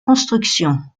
construction